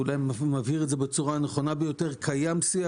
אולי נבהיר את זה בצורה הנכונה ביותר - קיים שיח,